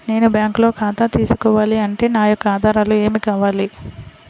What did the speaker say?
నేను బ్యాంకులో ఖాతా తీసుకోవాలి అంటే నా యొక్క ఆధారాలు ఏమి కావాలి?